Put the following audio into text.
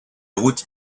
routes